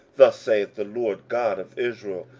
thus saith the lord god of israel,